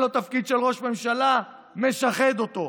נותן לו תפקיד של ראש ממשלה ומשחד אותו,